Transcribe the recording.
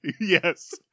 Yes